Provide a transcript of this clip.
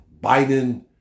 Biden